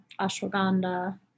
ashwagandha